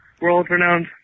world-renowned